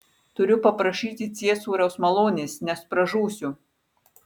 turiu paprašyti ciesoriaus malonės nes pražūsiu